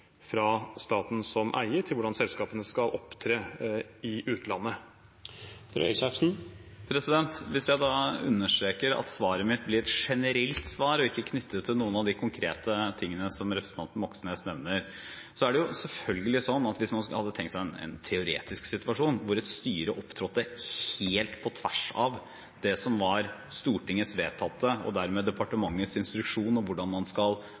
fra staten som eier til hvordan selskapene skal opptre i utlandet? Hvis jeg da understreker at svaret mitt blir et generelt svar, og ikke knyttet til noen av de konkrete tingene som representanten Moxnes nevner: Det er selvfølgelig slik at hvis man hadde tenkt seg en teoretisk situasjon hvor et styre opptrådte helt på tvers av det som var Stortingets – og dermed departementets – vedtatte instruksjon om hvordan man som et statlig deleid selskap skal